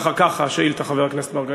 אחר כך השאילתה, חבר הכנסת מרגלית.